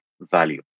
value